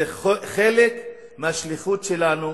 זה חלק מהשליחות שלנו